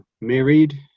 married